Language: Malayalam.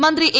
മന്ത്രി എ